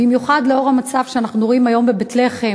במיוחד לנוכח המצב שאנחנו רואים היום בבית-לחם,